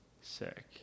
sick